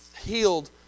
healed